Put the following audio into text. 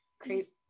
Crazy